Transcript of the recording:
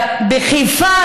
בחיפה,